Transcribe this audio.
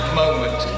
moment